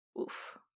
oof